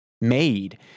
made